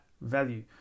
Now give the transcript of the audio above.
value